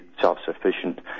self-sufficient